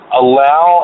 allow